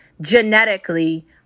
genetically